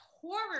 horror